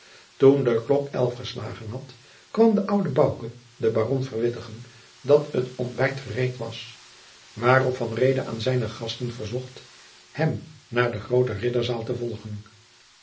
de klok elf geslagen had kwam de oude bouke den baron verwittigen dat het ontbijt gereed was waarop van reede aan zijne gasten verzocht hem naar de groote ridderzaal te volgen